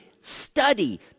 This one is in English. study